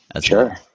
Sure